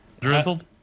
drizzled